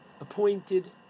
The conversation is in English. appointed